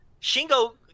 Shingo